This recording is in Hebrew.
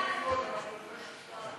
ההצעה להעביר את הצעת חוק יסודות המשפט (תיקון) (עקרונות המשפט העברי),